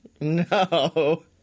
No